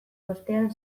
bostean